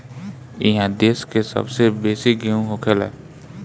इहा देश के सबसे बेसी गेहूं होखेला